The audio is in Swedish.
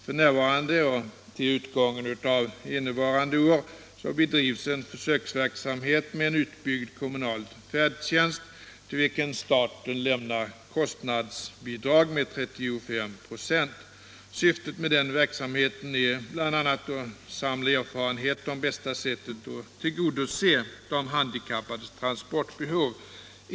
F. n. och till utgången av innevarande år bedrivs en försöksverksamhet med en utbyggd kommunal färdtjänst, till vilken staten lämnar kostnadsbidrag med 35 946. Syftet med denna verksamhet är bl.a. att samla erfarenhet om bästa sättet att tillgodose de handikappades transportbehov.